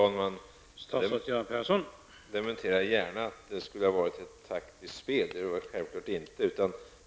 Herr talman! Jag dementerar gärna att det skulle ha varit ett taktiskt spel -- det var det självfallet inte.